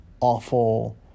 awful